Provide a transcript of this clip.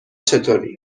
چطوری